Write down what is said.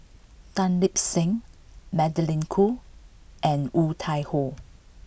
Tan Lip Seng Magdalene Khoo and Woon Tai Ho